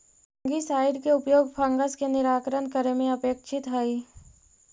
fungicide के उपयोग fungus के निराकरण करे में अपेक्षित हई